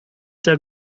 der